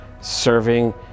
serving